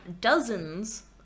dozens